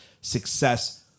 success